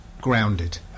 grounded